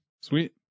Sweet